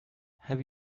have